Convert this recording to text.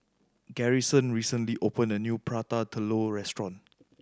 Garrison recently opened a new Prata Telur restaurant